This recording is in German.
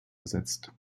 ersetzt